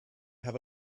have